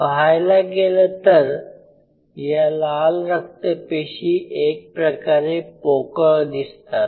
पाहायला गेलं तर या लाल रक्त पेशी एक प्रकारे पोकळ दिसतात